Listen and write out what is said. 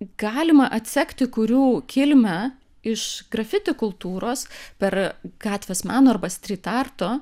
galima atsekti kurių kilmę iš grafiti kultūros per gatvės meno arba stryt arto